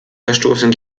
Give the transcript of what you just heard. verstoßen